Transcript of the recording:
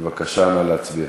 בבקשה, נא להצביע.